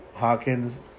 hawkins